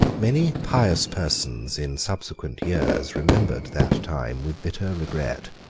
many pious persons in subsequent years remembered that time with bitter regret.